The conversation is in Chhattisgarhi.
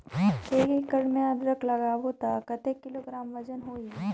एक एकड़ मे अदरक लगाबो त कतेक किलोग्राम वजन होही?